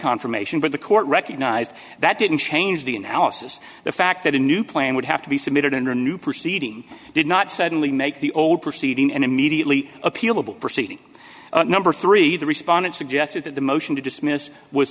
confirmation by the court recognized that didn't change the analysis the fact that a new plan would have to be submitted under new proceeding did not suddenly make the old proceeding and immediately appealable proceeding no three the respondent suggested that the motion to dismiss was